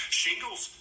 shingles